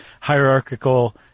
hierarchical